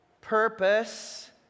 purpose